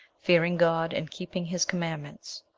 fearing god, and keeping his commandments.